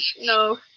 No